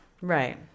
right